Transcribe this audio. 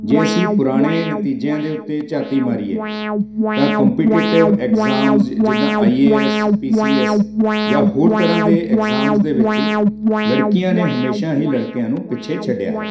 ਜੇ ਅਸੀਂ ਪੁਰਾਣੇ ਨਤੀਜਿਆਂ ਦੇ ਉੱਤੇ ਝਾਤੀ ਮਾਰੀਏ ਤਾਂ ਕੰਪੀਟੀਟਿਵ ਐਗਜਾਮ ਜਿੱਦਾਂ I A S P C S ਜਾਂ ਹੋਰ ਤਰ੍ਹਾਂ ਦੇ ਐਗਜ਼ਾਮਜ ਦੇ ਵਿੱਚ ਲੜਕੀਆਂ ਨੇ ਹਮੇਸ਼ਾ ਹੀ ਲੜਕਿਆਂ ਨੂੰ ਪਿੱਛੇ ਛੱਡਿਆ ਹੈ